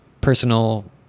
personal